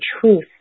truth